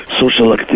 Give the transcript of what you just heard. social